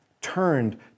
turned